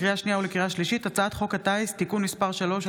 לקריאה שנייה ולקריאה שלישית: הצעת חוק הטיס (תיקון מס' 3),